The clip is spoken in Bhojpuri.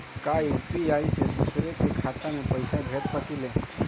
का यू.पी.आई से दूसरे के खाते में पैसा भेज सकी ले?